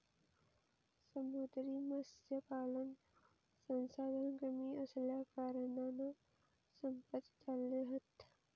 समुद्री मत्स्यपालन संसाधन कमी असल्याकारणान संपत चालले हत